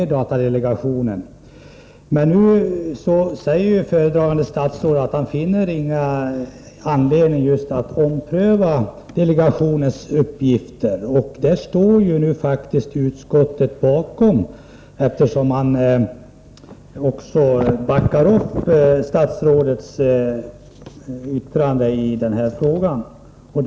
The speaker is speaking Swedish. Men i den nu aktuella propositionen säger föredragande statsrådet att han inte finner anledning att ompröva delegationens uppgifter, och den uppfattningen har utskottet faktiskt ställt sig bakom, eftersom man ”backar upp” statsrådets yttrande på den punkten.